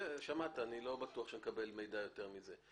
שמעת אני לא בטוח שנקבל מידע יותר מזה.